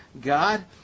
God